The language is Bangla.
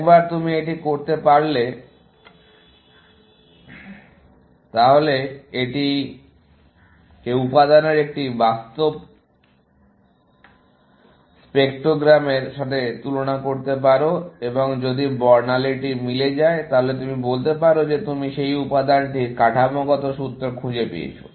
একবার তুমি এটি করতে পারলে তাহলে এটিকে উপাদানের একটি বাস্তব স্পেক্ট্রোগ্রাম এর সাথে তুলনা করতে পারো এবং যদি বর্ণালীটি মিলে যায় তাহলে তুমি বলতে পারো যে তুমি সেই উপাদানটির কাঠামোগত সূত্র খুঁজে পেয়েছো